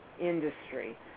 industry